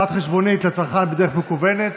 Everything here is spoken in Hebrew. חשבונית לצרכן בדרך מקוונת),